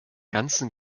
ganzen